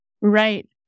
Right